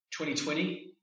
2020